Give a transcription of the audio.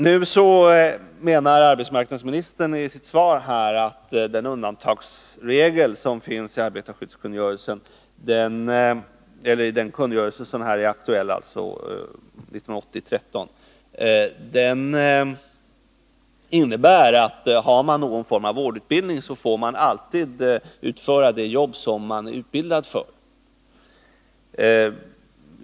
Nu menar arbetsmarknadsministern i sitt svar att den undantagsregel som finns i den aktuella arbetarskyddskungörelsen, 1980:13, innebär att om man har någon form av vårdutbildning så får man alltid utföra det jobb man är utbildad för.